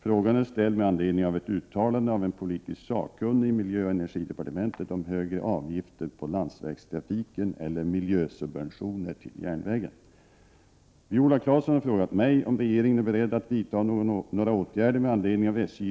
Frågan är ställd med anledning av ett uttalande av en politiskt sakkunnig i miljöoch energidepartementet, om högre avgifter på landsvägstrafiken eller miljösubventioner till järnvägen.